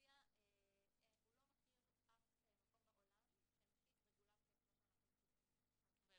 שלפיה הוא לא מכיר אף מקום בעולם שמשית רגולציה כמו שאנחנו משיתים היום.